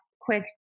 quick